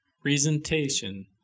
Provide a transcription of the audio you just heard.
presentation